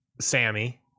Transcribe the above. Sammy